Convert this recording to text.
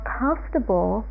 comfortable